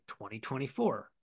2024